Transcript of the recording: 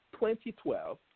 2012